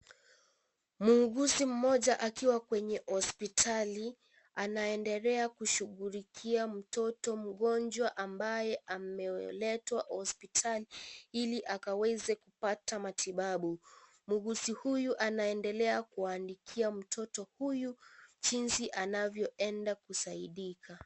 Mwuguzi mmoja akiwa kwenye hospitali anaendelea kushughulikia mtoto mgonjwa ambaye ameletwa hospitali ili akaweze kupata matibabu. Mwuguzu huyu anaendela kuandikia mtoto huyu jinsi anavyoenda kusaidika.